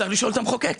צריך לשאול את המחוקק.